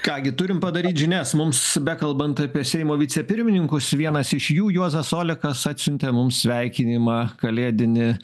ką gi turim padaryt žinias mums bekalbant apie seimo vicepirmininkus vienas iš jų juozas olekas atsiuntė mums sveikinimą kalėdinį